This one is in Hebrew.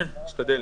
אני אשתדל.